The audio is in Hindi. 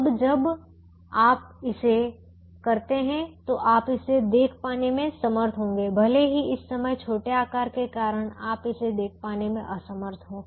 अब जब आप इसे करते हैं तो आप इसे देख पाने में समर्थ होंगे भले ही इस समय छोटे आकार के कारण आप इसे देख पाने में असमर्थ हों